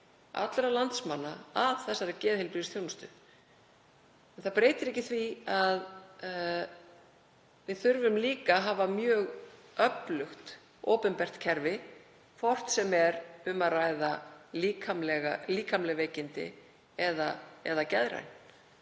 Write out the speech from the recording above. allra landsmanna að þessari geðheilbrigðisþjónustu. Það breytir ekki því að við þurfum líka að hafa mjög öflugt opinbert kerfi, hvort sem er um að ræða líkamleg veikindi eða geðræn